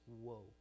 Whoa